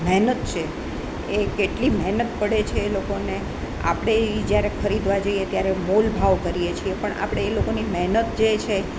મહેનત છે એ કેટલી મહેનત પડે છે એ લોકોને આપણે એ જ્યારે ખરીદવા જઈએ ત્યારે મોલ ભાવ કરીએ છીએ પણ આપણે એ લોકોની મહેનત જે છે